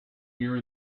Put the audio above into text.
here